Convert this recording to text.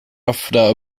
after